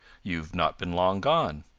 you've not been long gone.